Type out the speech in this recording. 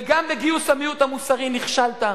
וגם בגיוס המיעוט המוסרי נכשלת.